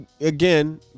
Again